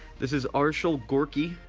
this is arshile gorky,